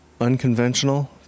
unconventional